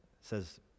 says